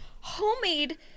homemade